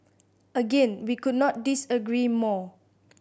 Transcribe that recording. again we could not disagree more